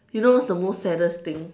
you know what's the most saddest thing